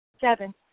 Seven